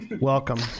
Welcome